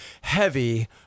Heavy